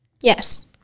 Yes